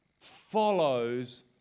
follows